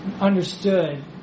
understood